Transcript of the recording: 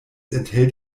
enthält